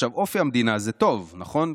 עכשיו, אופי המדינה זה טוב, נכון?